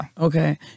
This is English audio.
Okay